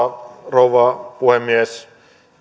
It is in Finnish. rouva puhemies